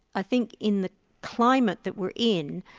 i think in the climate that we're in,